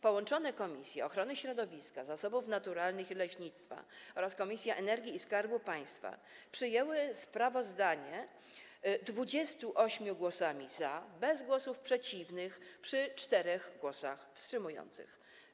Połączone Komisja Ochrony Środowiska, Zasobów Naturalnych i Leśnictwa oraz Komisja do Spraw Energii i Skarbu Państwa przyjęły sprawozdanie 28 głosami za, bez głosów przeciwnych, przy 4 głosach wstrzymujących się.